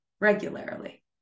regularly